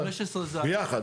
ביחד.